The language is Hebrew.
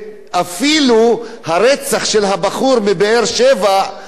אפילו הרצח של הבחור מבאר-שבע,